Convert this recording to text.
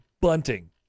bunting